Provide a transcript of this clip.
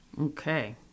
Okay